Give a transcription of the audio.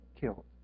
killed